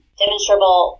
demonstrable